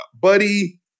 Buddy